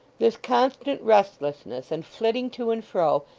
this constant restlessness, and flitting to and fro,